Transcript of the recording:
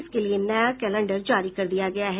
इसके लिए नया कैलेंडर जारी कर दिया गया है